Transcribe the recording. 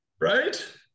Right